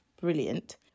brilliant